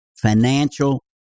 financial